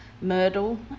Myrtle